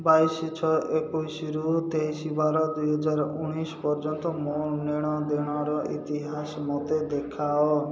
ବାଇଶ ଛଅ ଏକୋଇଶରୁ ତେଇଶି ବାର ଦୁଇ ହଜାର ଉଣେଇଶ ପର୍ଯ୍ୟନ୍ତ ମୋ ନେଣ ଦେଣର ଇତିହାସ ମୋତେ ଦେଖାଅ